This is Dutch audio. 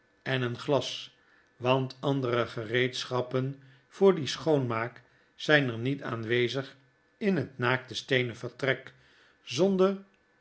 en een glas want andere gereedsehappen voor dien schoonmaak zyn er niet aanwezig in het naakte steenen vertrek zonder